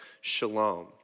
shalom